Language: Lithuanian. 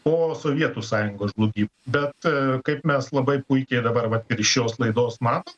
po sovietų sąjungos žlugimo bet kaip mes labai puikiai dabar vat ir iš šios laidos matom